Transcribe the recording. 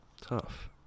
Tough